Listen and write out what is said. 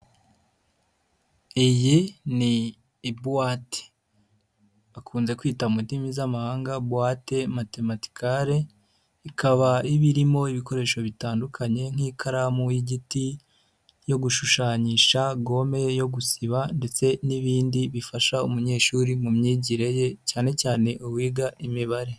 Iyi ni ibuwate bakunze kwita mu ndimi z'amahanga buwate matematicale, ikaba ibirimo ibikoresho bitandukanye nk'ikaramu y'igiti yo gushushanyisha, gome yo gusiba ndetse n'ibindi bifasha umunyeshuri mu myigire ye cyane cyane uwiga imibare.